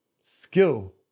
skill